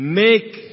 make